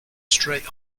straight